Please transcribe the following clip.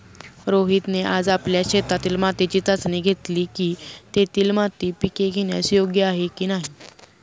रोहितने आज आपल्या शेतातील मातीची चाचणी घेतली की, तेथील माती पिके घेण्यास योग्य आहे की नाही